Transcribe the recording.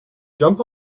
jump